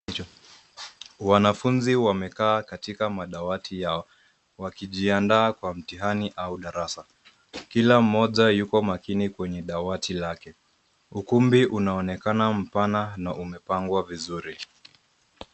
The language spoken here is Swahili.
Wanafunzi wamekaa katika madawati yao, wakijiadaa kwa mtihani au darasa. Kila mmoja yuko makini kwenye dawati lake. Ukumbi unaonekana mpana na umepangwa vuzuri.